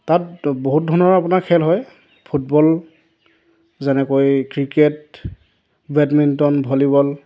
তাত বহুত ধৰণৰ আপোনাৰ খেল হয় ফুটবল যেনেকৈ ক্ৰিকেট বেডমিণ্টন ভলীবল